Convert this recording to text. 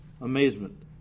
amazement